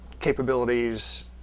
capabilities